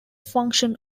function